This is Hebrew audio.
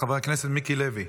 חבר הכנסת מיקי לוי.